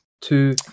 two